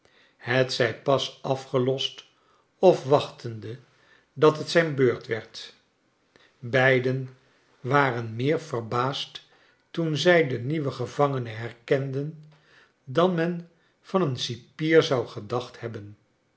hetzij pas afgelost of wachtende dat het zijn beurt werd beiden waren meer verbaasd toen zij den nieuwen gevangene herkenden dan men van een cipier zou gedacht hebben